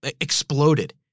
exploded